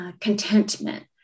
contentment